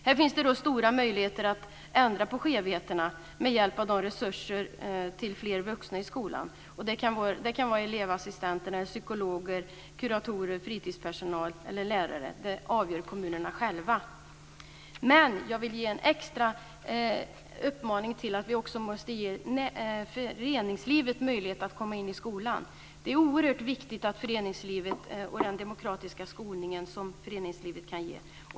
Här finns det stora möjligheter att ändra på skevheterna med hjälp av sådana resurser som fler vuxna i skolan. Det kan vara elevassistenter, psykologer, kuratorer, fritidspersonal eller lärare - det avgör kommunerna själva. Jag vill ge en extra uppmaning till att också ge föreningslivet möjlighet att komma in i skolan. Det är oerhört viktigt med föreningslivet och den demokratiska skolning som föreningslivet kan ge.